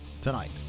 Tonight